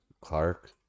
Clark